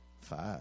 Five